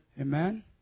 Amen